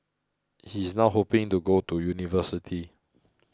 he is now hoping to go to university